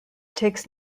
takes